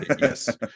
yes